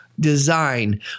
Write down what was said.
design